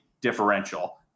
differential